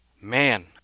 man